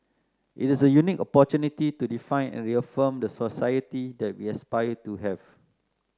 it is a unique opportunity to define and reaffirm the society that we aspire to have